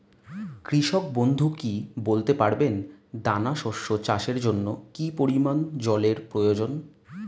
কৃষক বন্ধু কি বলতে পারবেন দানা শস্য চাষের জন্য কি পরিমান জলের প্রয়োজন?